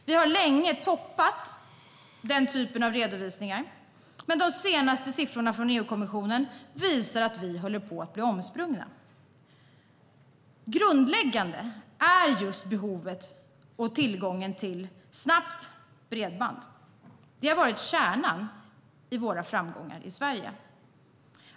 Vi har länge toppat den typen av redovisningar, men de senaste siffrorna från EU-kommissionen visar att vi håller på att bli omsprungna. Grundläggande är just behovet av och tillgången till snabbt bredband. Det har varit kärnan i våra framgångar i Sverige.